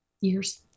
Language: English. years